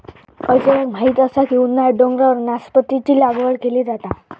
अजयाक माहीत असा की उन्हाळ्यात डोंगरावर नासपतीची लागवड केली जाता